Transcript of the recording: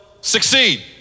succeed